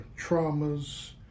traumas